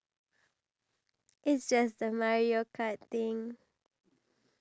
maybe one day both of us can do a live and then we can post it on our page